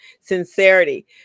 Sincerity